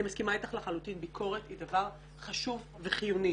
אני מסכימה איתך לחלוטין שביקורת היא דבר חשוב וחיוני.